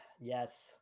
Yes